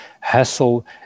hassle